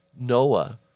Noah